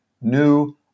new